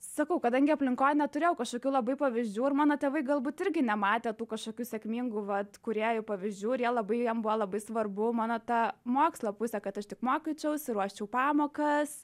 sakau kadangi aplinkoj neturėjau kažkokių labai pavyzdžių ir mano tėvai galbūt irgi nematė tų kažkokių sėkmingų vat kūrėjų pavyzdžių ir jie labai jiem buvo labai svarbu mano ta mokslo pusė kad aš tik mokyčiausi ruoščiau pamokas